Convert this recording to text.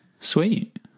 Sweet